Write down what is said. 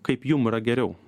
kaip jum yra geriau